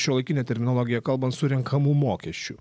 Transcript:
šiuolaikine terminologija kalbant surenkamų mokesčių